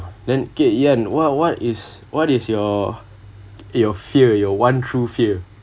then okay yan what what is what is your your fear your one true fear